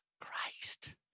Christ